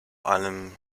allem